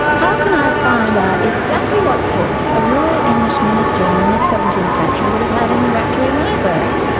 how can i find out exactly what books a rural english minister in the mid seventeenth century would have had in the rectory library?